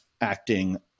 acting